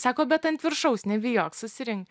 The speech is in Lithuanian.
sako bet ant viršaus nebijok susirink